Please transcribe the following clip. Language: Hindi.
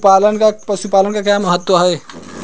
पशुपालन का क्या महत्व है?